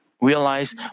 realize